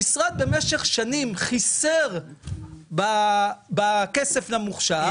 המשרד במשך שנים חיסר בכסף למוכשר.